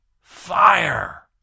fire